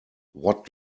what